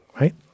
right